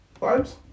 Vibes